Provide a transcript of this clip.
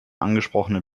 angesprochenen